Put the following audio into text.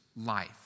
life